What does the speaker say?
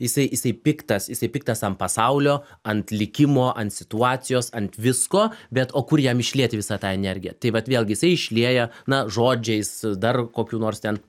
jisai jisai piktas jisai piktas ant pasaulio ant likimo ant situacijos ant visko bet o kur jam išlieti visą tą energiją tai vat vėlgi jisai išlieja na žodžiais dar kokiu nors ten